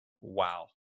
wow